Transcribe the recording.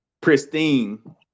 pristine